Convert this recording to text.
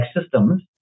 systems